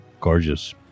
gorgeous